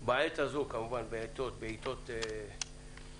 בעת הזאת כמובן, בעתות חירום